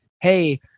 Hey